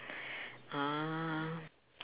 um